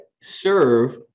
serve